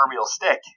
stick